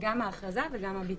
גם ההכרזה וגם הביטול.